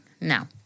No